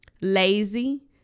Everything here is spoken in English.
lazy